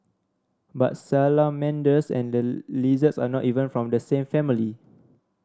but salamanders and lizards are not even from the same family